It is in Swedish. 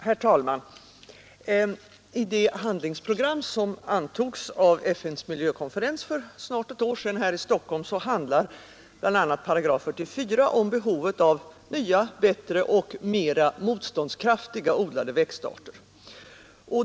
Herr talman! I det handlingsprogram som antogs av FN:s miljökonferens för snart ett år sedan här i Stockholm handlar § 44 om behovet av nya, bättre och mera motståndskraftiga odlade växtarter.